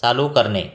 चालू करणे